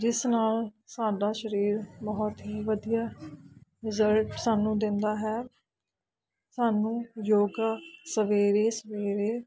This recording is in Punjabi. ਜਿਸ ਨਾਲ ਸਾਡਾ ਸਰੀਰ ਬਹੁਤ ਹੀ ਵਧੀਆ ਰਿਜਲਟ ਸਾਨੂੰ ਦਿੰਦਾ ਹੈ ਸਾਨੂੰ ਯੋਗਾ ਸਵੇਰੇ ਸਵੇਰੇ